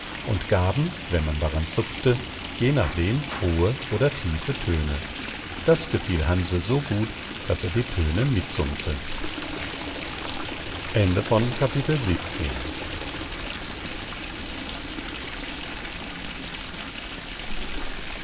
und gaben wenn man daran zupfte je nachdem hohe oder tiefe töne das gefiel hansl so gut daß er die töne mitsummte